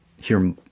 hear